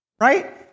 right